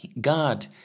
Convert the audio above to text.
God